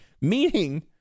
meaning